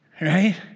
Right